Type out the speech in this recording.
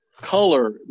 color